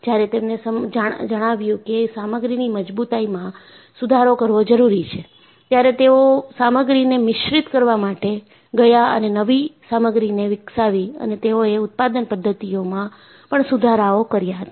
જ્યારે તેમને જણાવ્યુ કે સામગ્રીની મજબૂતાઈમાં સુધારો કરવો જરૂરી છે ત્યારે તેઓ સામગ્રીને મિશ્રિત કરવા માટે ગયા અને નવી સામગ્રીને વિકસાવી અને તેઓએ ઉત્પાદન પદ્ધતિઓમાં પણ સુધારોઓ કર્યા હતા